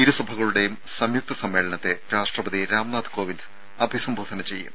ഇരു സഭകളുടേയും സംയുക്ത സമ്മേളനത്തെ രാഷ്ട്രപതി രാംനാഥ് കോവിന്ദ് അഭിസംബോധന ചെയ്യും